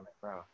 bro